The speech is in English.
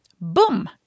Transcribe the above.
Boom